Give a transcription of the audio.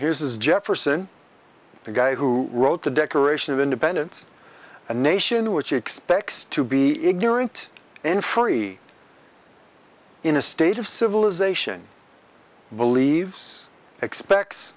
here's is jefferson the guy who wrote the declaration of independence a nation which expects to be ignorant and free in a state of civilization believes expects